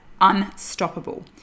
Unstoppable